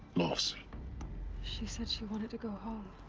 loss she said she wanted to go home.